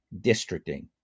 districting